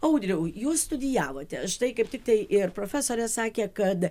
audriau jūs studijavote štai kaip tik tai ir profesorė sakė kad